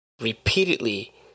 repeatedly